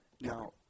Now